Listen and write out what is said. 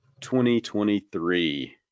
2023